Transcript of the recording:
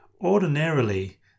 Ordinarily